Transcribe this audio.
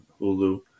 hulu